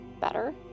Better